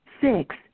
six